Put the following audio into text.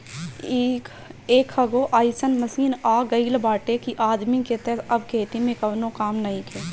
एकहगो अइसन मशीन आ गईल बाटे कि आदमी के तअ अब खेती में कवनो कामे नइखे